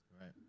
Right